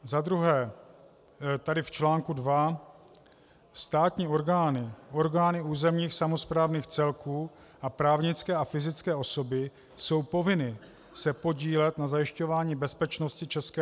Za druhé tady v článku 2: státní orgány, orgány územních samosprávných celků a právnické a fyzické osoby jsou povinny se podílet na zajišťování bezpečnosti ČR.